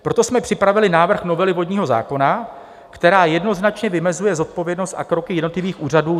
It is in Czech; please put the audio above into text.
Proto jsme připravili návrh novely vodního zákona, která jednoznačně vymezuje zodpovědnost a kroky jednotlivých úřadů.